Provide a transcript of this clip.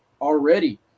already